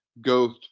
go